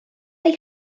neu